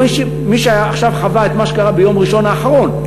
מי שעכשיו חווה את מה שקרה ביום ראשון האחרון,